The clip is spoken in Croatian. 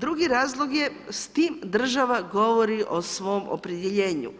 Drugi razlog je s tim država govori o svom opredjeljenju,